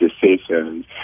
decisions